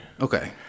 Okay